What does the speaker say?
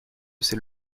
ces